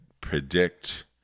predict